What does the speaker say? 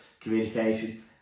communication